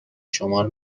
شمار